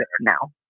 now